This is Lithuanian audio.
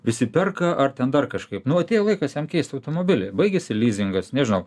visi perka ar ten dar kažkaip nu atėjo laikas jam keist automobilį baigėsi lizingas nežinau